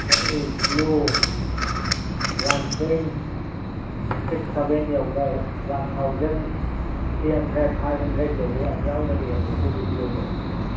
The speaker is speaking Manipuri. ꯝꯣꯢ view one point six seven ꯌꯧꯕ one thousand three hundred five hundred ꯌꯧꯕ ꯌꯥꯝ ꯌꯥꯎꯅꯔꯤꯃꯦ ꯑꯗꯨꯒꯤ ꯚ꯭ꯌꯨꯗꯣ